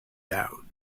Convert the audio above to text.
down